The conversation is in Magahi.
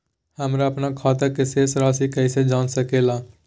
हमर अपन खाता के शेष रासि कैसे जान सके ला?